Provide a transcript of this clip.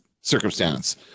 circumstance